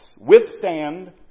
Withstand